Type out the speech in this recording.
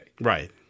Right